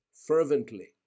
fervently